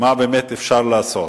מה באמת אפשר לעשות.